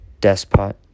despot